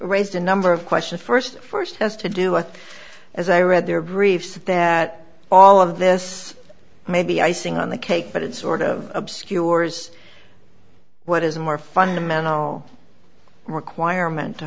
raised a number of questions first first has to do with as i read their briefs that all of this may be icing on the cake but it sort of obscures what is a more fundamental requirement to